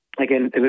again